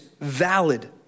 valid